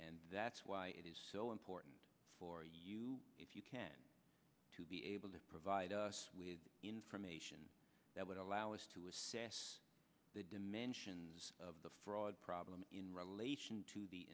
and that's why it is so important for you if you can to be able to provide us with information that would allow us to assess the dimensions of the fraud problem in relation to the